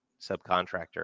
subcontractor